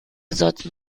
sorten